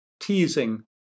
teasing